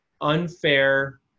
unfair